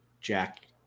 jack